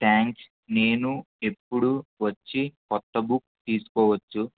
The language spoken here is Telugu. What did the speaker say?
థ్యాంక్స్ నేను ఎప్పుడు వచ్చి కొత్త బుక్ తీసుకోవచ్చు